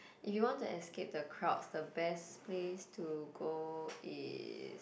if you want to escape the crowds the best place to go is